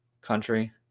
country